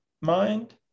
mind